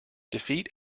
defeat